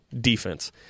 defense